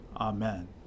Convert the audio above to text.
Amen